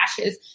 Ashes